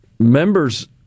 Members